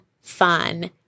fun